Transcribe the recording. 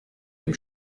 dem